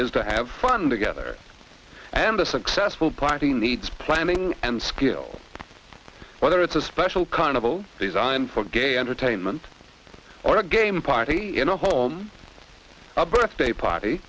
is to have fun together and a successful party needs planning and skill whether it's a special carnival designed for gay entertainment or a game party you know home a birthday party